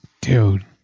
Dude